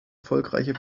erfolgreiche